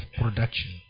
production